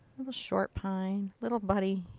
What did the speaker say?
little short pine. little buddy.